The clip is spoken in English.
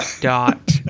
dot